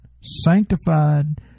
sanctified